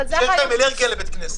שיש להם אלרגיה לבית כנסת.